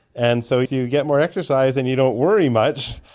and so if you get more exercise and you don't worry much,